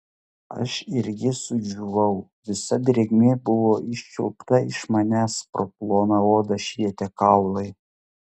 aš irgi sudžiūvau visa drėgmė buvo iščiulpta iš manęs pro ploną odą švietė kaulai